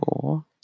Four